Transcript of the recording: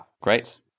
great